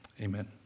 Amen